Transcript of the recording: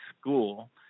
school